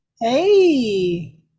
hey